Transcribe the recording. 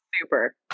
Super